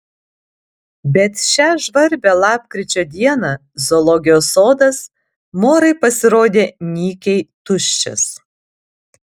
bet šią žvarbią lapkričio dieną zoologijos sodas morai pasirodė nykiai tuščias